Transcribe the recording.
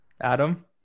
Adam